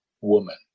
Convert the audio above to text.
woman